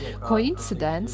coincidence